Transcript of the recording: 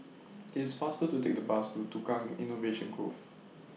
It's faster to Take The Bus to Tukang Innovation Grove